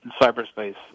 cyberspace